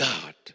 God